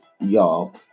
y'all